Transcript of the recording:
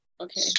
Okay